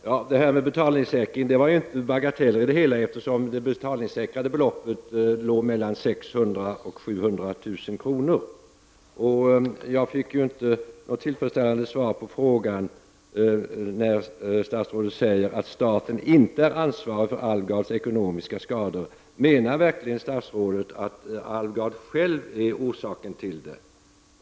Herr talman! Frågan om betalningssäkring var inte en bagatell i detta fall, eftersom det betalningssäkrade beloppet uppgick till mellan 600 000 och 700 000 kr. Jag fick inget tillfredsställande svar på min fråga om statens eventuella ansvar. Statsrådet sade att staten inte är anvarig för Halvar Alvgards ekonomiska skador. Menar verkligens statsrådet att Halvar Alvgard själv är orsaken till dem?